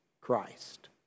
Christ